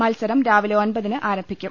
മത്സരം രാവിലെ ഒമ്പതിന് ആരംഭിക്കും